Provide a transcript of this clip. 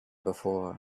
before